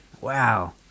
Wow